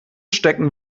stecken